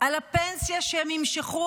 על הפנסיה שהם ימשכו,